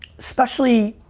especially,